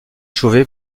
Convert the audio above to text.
chauvet